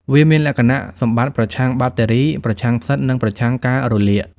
វាមានលក្ខណៈសម្បត្តិប្រឆាំងបាក់តេរី ប្រឆាំងផ្សិត និងប្រឆាំងការរលាក។